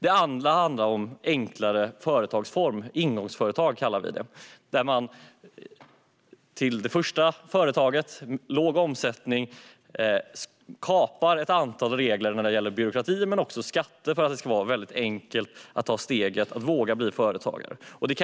Vi vill även se en enklare företagsform, som vi kallar ingångsföretag. För det första företaget, då man har låg omsättning, kapar vi ett antal regler i byråkratin och skatter, så att det blir väldigt enkelt att ta steget att våga bli företagare.